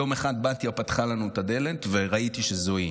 יום אחד בתיה פתחה לנו את הדלת וראיתי שזו היא,